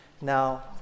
Now